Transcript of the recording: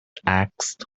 asked